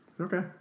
Okay